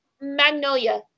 Magnolia